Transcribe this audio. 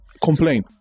complain